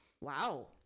Wow